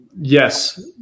yes